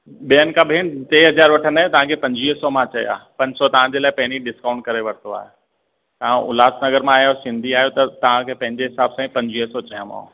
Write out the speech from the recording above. ॿियनि खां भेणु टे हज़ार वठंदा आहियूं तव्हांखे मां पंजुवीह सौ मां चया पन सौ तव्हांजे लाइ पहिरियों डिस्काउंट करे वरितो आहे तव्हां उल्हास नगर मां आहियो सिंधी आहियो त तव्हांखे पंहिंजे हिसाब सां ई पंजुवीह सौ चयामांव